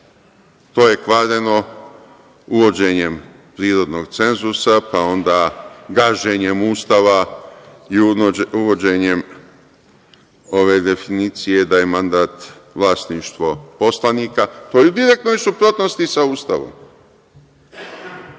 To je kvareno uvođenjem prirodnog cenzusa, pa onda gaženjem Ustava i uvođenjem ove definicije da je mandat vlasništvo poslanika, to je u direktnoj suprotnosti sa Ustavom.